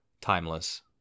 timeless